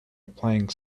applying